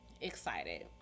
excited